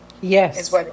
Yes